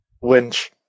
winch